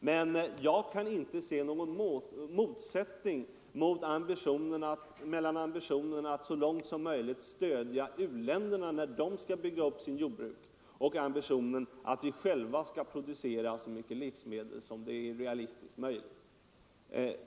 Men jag kan inte se någon motsättning mellan ambitionen att så långt som möjligt hjälpa u-länderna, när de skall bygga upp sitt jordbruk, och ambitionen att vi själva skall producera så mycket livsmedel som det är realistiskt möjligt.